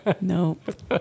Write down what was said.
Nope